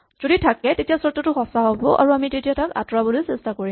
যদি থাকে তেতিয়া চৰ্তটো সঁচা হ'ব আৰু আমি তেতিয়া তাক আঁতৰাবলৈ চেষ্টা কৰিম